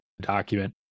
document